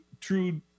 true